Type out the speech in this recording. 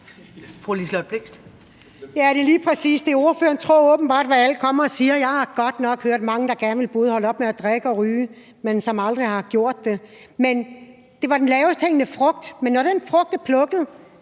Ja, det er lige præcis det. Ordføreren tror jo åbenbart, hvad alle kommer og siger. Jeg har godt nok hørt mange, der både gerne vil holde op med at drikke og ryge, men som aldrig har gjort det. Men det var i forhold til den lavest hængende frugt: Når den frugt er plukket,